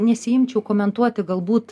nesiimčiau komentuoti galbūt